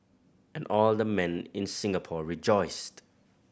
and all the men in Singapore rejoiced